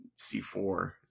C4